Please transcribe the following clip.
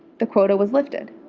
the quote was lifted.